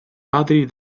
padri